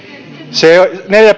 se neljä